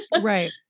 Right